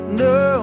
no